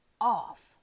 off